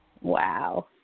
Wow